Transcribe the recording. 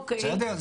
בסדר?